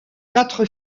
quatre